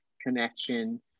connection